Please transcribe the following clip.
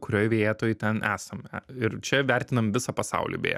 kurioj vietoj ten esame ir čia vertinam visą pasaulį beje